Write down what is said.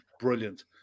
brilliant